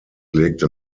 legte